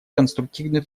конструктивный